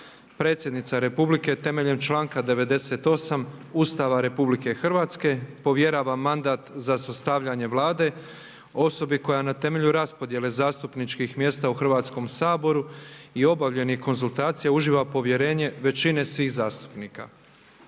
Predsjednica republike temeljem članka 98. Ustava Republike Hrvatske povjerava mandat za sastavljanje Vlade osobi koja na temelju raspodjele zastupničkih mjesta u Hrvatskom saboru i obavljenih konzultacija uživa povjerenje većine svih zastupnika.